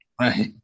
right